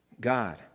God